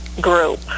group